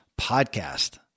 podcast